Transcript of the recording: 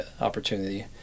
opportunity